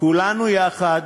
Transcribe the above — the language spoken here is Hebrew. כולנו יחד